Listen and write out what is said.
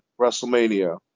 WrestleMania